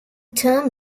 term